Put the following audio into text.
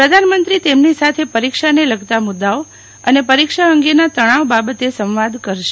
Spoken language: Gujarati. પ્રધાનમંત્રી તેમની સાથે પરીક્ષાને લગતા મુદ્દાઓ અને પરીક્ષા અંગેના તણાવ બાબતે સંવાદ કરશે